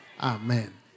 amen